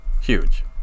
Huge